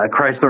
Chrysler